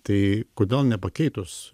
tai kodėl nepakeitus